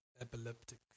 epileptic